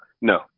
No